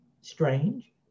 strange